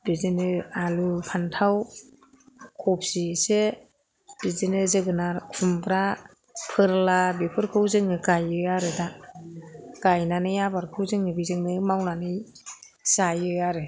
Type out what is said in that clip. बिदिनो आलु फान्थाव खफि एसे बिदिनो जोगोनार खुमब्रा फोरला बेफोरखौ जों गायो आरो दा गायनानै आबादखौ जों बेजोंनो मावनानै जायो आरो